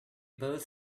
both